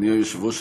אדוני היושב-ראש,